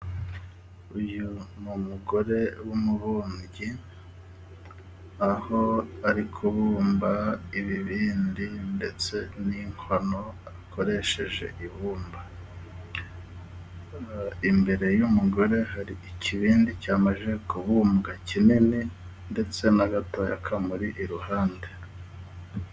Uyu ni umugore w'umubumyi aho ari kubumba ibibindi ndetse n'inkono akoresheje ibumba, imbere y'umugore hari ikibindi cyamaze kubumbwa kinini ndetse n'agato kamuri iruhande.